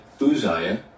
Uzziah